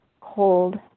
Cold